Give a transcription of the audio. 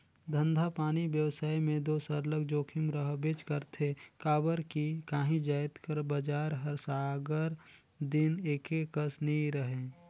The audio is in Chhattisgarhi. धंधापानी बेवसाय में दो सरलग जोखिम रहबेच करथे काबर कि काही जाएत कर बजार हर सगर दिन एके कस नी रहें